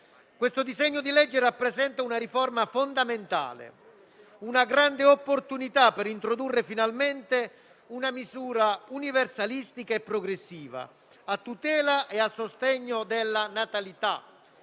Il disegno di legge in esame rappresenta una riforma fondamentale e una grande opportunità per introdurre finalmente una misura universalistica e progressiva, a tutela e a sostegno della natalità,